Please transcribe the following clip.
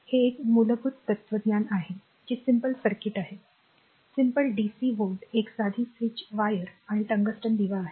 हे एक मूलभूत तत्वज्ञान आहे जे सिम्पल सर्किट आहे सिंपल डीसी व्होल्ट एक साधी स्विच वायर आणि टंगस्टन दिवा आहे